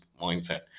mindset